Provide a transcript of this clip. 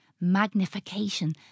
Magnification